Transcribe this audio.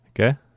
Okay